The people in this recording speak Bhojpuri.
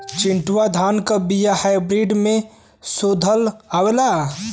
चिन्टूवा धान क बिया हाइब्रिड में शोधल आवेला?